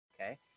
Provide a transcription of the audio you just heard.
okay